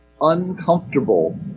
uncomfortable